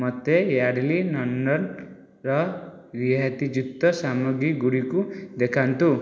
ମୋତେ Yardley London ର ରିହାତି ଯୁକ୍ତ ସାମଗ୍ରୀ ଗୁଡ଼ିକୁ ଦେଖାନ୍ତୁ